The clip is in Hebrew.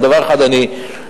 אבל על דבר אחד אני עומד,